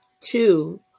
two